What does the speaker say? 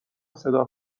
صدا